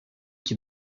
qui